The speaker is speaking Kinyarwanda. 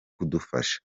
kudufasha